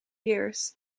years